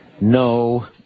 no